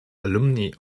alumni